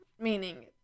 meaning